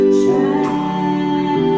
try